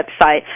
website